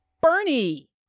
Bernie